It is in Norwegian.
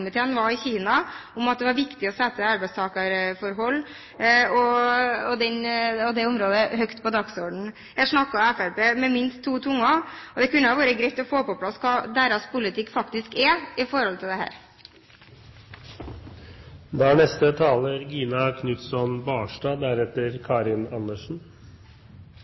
var i Kina, og sa at det var viktig å sette arbeidstakerforhold og det området høyt på dagsordenen. Her snakker Fremskrittspartiet med minst to tunger. Det kunne vært greit å få på plass hva deres politikk faktisk er når det gjelder dette. I